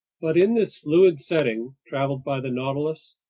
but in this fluid setting traveled by the nautilus,